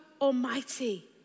Almighty